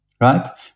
right